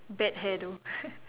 bad hair though